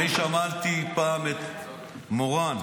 אני שמעתי פעם את מורן,